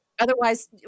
otherwise